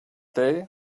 day